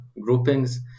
groupings